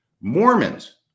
Mormons